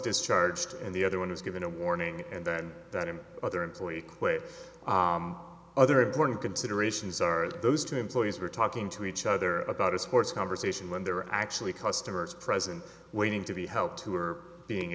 discharged and the other one was given a warning and then that in other employee equates other important considerations are those two employees were talking to each other about a sports conversation when there are actually customers present waiting to be helped who are being